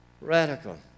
Radical